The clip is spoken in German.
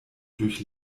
durch